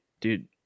dude